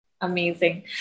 Amazing